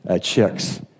chicks